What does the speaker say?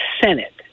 Senate